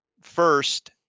first